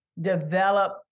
develop